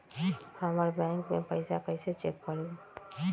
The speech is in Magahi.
हमर बैंक में पईसा कईसे चेक करु?